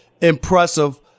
impressive